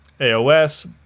AOS